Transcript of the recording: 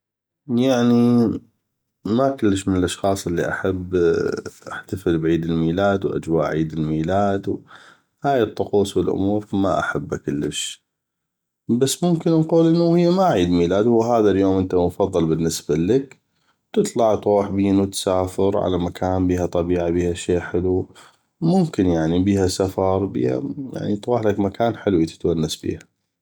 يعني ما كلش من الاشخاص اللي احب احتفل بعيد الميلاد واجواء عيد الميلاد هاي الطقوس والامور ما احبه كلش بس ممكن نقول انو هو ما عيد ميلاد هو هذا اليوم انو انته مفضل بالنسبه الك تطلع تغوح بينو تسافر على مكان بيها طبيعه بيها فدشي حلو ممكن يعني بيها سفر تغوحلك مكان حلوي تتونس بيها